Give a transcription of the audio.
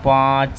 پانچ